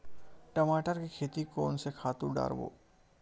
टमाटर के खेती कोन से खातु डारबो?